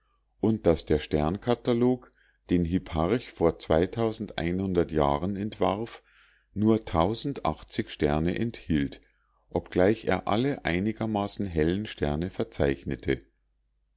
und daß der sternkatalog den hipparch vor jahren entwarf nur sterne enthielt obgleich er alle einigermaßen hellen sterne verzeichnete